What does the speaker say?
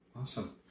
Awesome